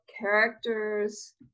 characters